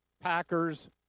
Packers